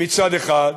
מצד אחד,